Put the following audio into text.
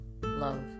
love